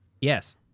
Yes